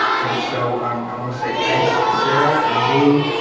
and so i want to say thanks to sarah and lou,